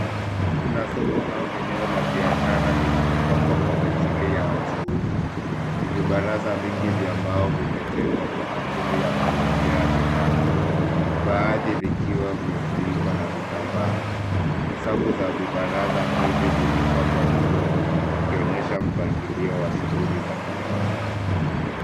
Kuna soko au eneo la biashara lililopangwa kwa ajili ya wachuuzi. Vibaraza vingi vya mbao vimetengwa kwa ajili ya kuwekea bidhaa; baadhi vikiwa vimefunikwa na vitambaa. Safu za vibaraza hivi zimepangwa vizuri, zikionyesha mpangilio wa shughuli za kibiashara.